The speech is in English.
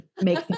make